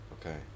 Okay